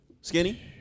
skinny